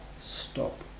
Stop